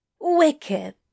Wicked